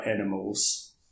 animals